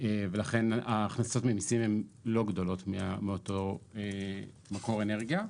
ולכן ההכנסות ממיסים הן לא גדולות מאותו מקור אנרגיה.